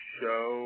show